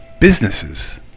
businesses